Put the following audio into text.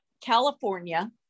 California